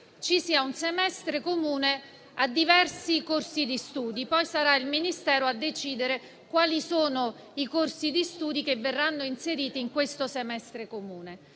ci sia un semestre comune a diversi corsi di studi; poi sarà il Ministero a decidere quali sono i corsi di studi che verranno inseriti nel semestre comune.